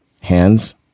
hands